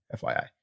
FYI